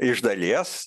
iš dalies